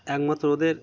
একমাত্র ওদের